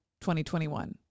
2021